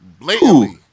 Blatantly